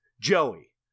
Joey